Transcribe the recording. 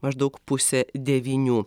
maždaug pusę devynių